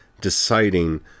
deciding